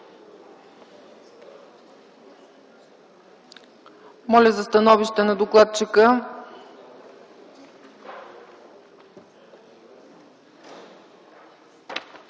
Моля за становище на докладчика.